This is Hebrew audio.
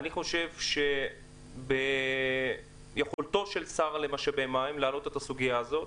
אני חושב שביכולתו של השר למשאבי מים להעלות את הסוגיה הזאת,